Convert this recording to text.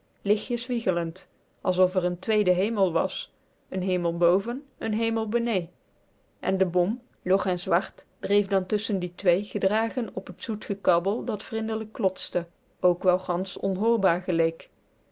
lichtjes wieglend alsof er een tweede hemel was een hemel boven een hemel benee en de bom log en zwart dreef dan tusschen die twee gedragen op het zoet gekabbel dat vrindelijk klotste ook wel gansch onhoorbaar geleek